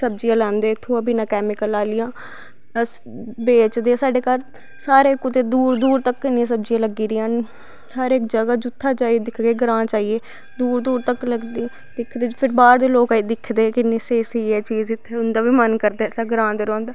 सब्जियां लैंदे इत्थुआं बिना कैमिकल आह्लियां बस बेचदे साढ़े घर सारे कुतै दूर दूर तक सब्जियां लग्गी दियां न हर इक जगा जित्थें जाइयै दिक्खगे ग्रांऽ जाइयै दूर दूर तक दिखदे फिर बाह्र दे लोक दिखदे किन्नी स्हेई स्हेई ऐ चीज़ इत्थें उंदा बी मन करदा इत्थै ग्रां